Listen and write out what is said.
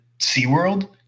SeaWorld